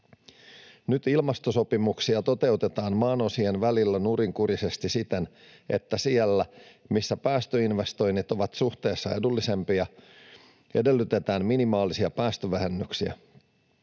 Nyt ilmastosopimuksia toteutetaan maanosien välillä nurinkurisesti siten, että siellä, missä päästöinvestoinnit ovat suhteessa edullisempia, edellytetään minimaalisia päästövähennyksiä.